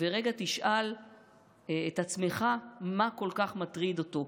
ורגע תשאל את עצמך מה כל כך מטריד אותו,